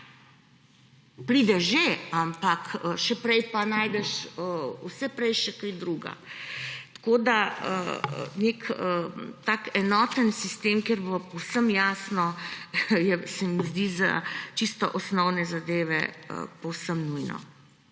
Prideš že, ampak še prej pa najdeš vse prej še kaj drugega. Tako nek tak enoten sistem, kjer bo povsem jasno, se mi zdi za čisto osnovne zadeve povsem nujen.